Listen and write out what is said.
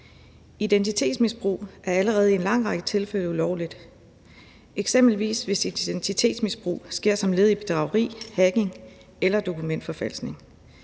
Identitetsmisbrug er allerede i en lang række tilfælde ulovligt, eksempelvis hvis identitetsmisbrug sker som led i bedrageri, hacking eller dokumentforfalskning.